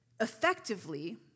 effectively